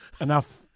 Enough